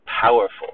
powerful